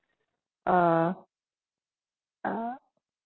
uh uh